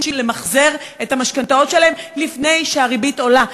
למחזר את המשכנתאות שלהם לפני שהריבית עולה.